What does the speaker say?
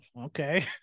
okay